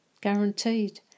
guaranteed